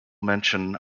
mention